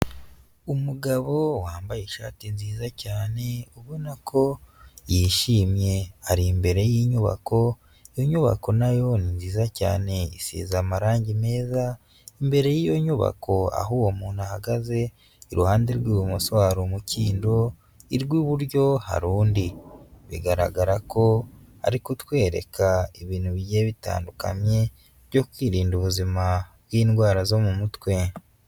Umugabo wambaye ishati nziza cyane ubona ko yishimye, ari imbere y'inyubako iyo nyubako na yo ni nziza cyane isize amarange meza, imbere y'iyo nyubako aho uwo muntu ahagaze iruhande rw'ibumoso hari umukindo irw'iburyo hari undi, bigaragara ko ari kutwereka ibintu bigiye bitandukanye byo kwirinda ubuzima bw'indwara zo mu mutwe.